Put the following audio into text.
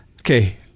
Okay